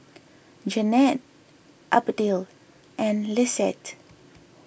Jeannette Abdiel and Lisette